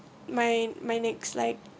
my my next like